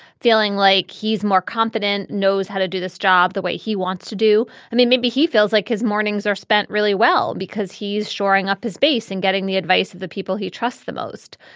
feeling like he's more confident, knows how to do this job the way he wants to do. i mean, maybe he feels like his mornings are spent really well because he's shoring up his base and getting the advice of the people he trusts the most.